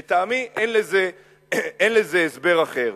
לטעמי, אין לזה הסבר אחר.